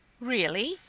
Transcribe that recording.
really,